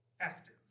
active